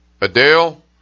Adele